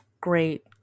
great